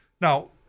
now